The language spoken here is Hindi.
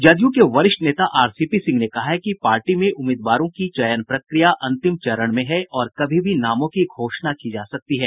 जदयू के वरिष्ठ नेता आरसीपी सिंह ने कहा है कि पार्टी में उम्मीदवारों की चयन प्रक्रिया अंतिम चरण में है और कभी भी नामों की घोषणा की जा सकती है